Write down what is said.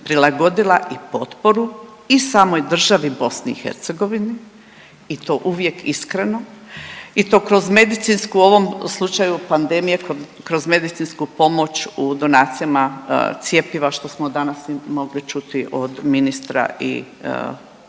prilagodila i potporu i samoj državi BiH i to uvijek iskreno i to kroz medicinsku u ovom slučaju pandemije, kroz medicinsku pomoć u donacijama cjepiva što smo danas mogli čuti od ministra i drugih